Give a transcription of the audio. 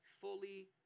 fully